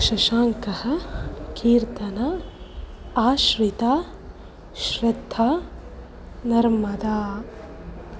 शशाङ्कः Keerthana Ashrita Shraddha Narmada